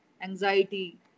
Anxiety